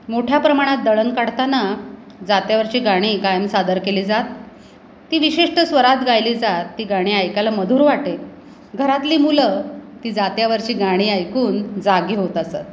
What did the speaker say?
मोठ्या प्रमाणात दळण काढताना जात्यावरची गाणी कायम सादर केली जात ती विशिष्ट स्वरात गायली जात ती गाणी ऐकायला मधूर वाटे घरातली मुलं ती जात्यावरची गाणी ऐकून जागी होत असत